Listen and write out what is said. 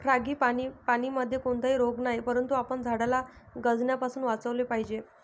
फ्रांगीपानीमध्ये कोणताही रोग नाही, परंतु आपण झाडाला गंजण्यापासून वाचवले पाहिजे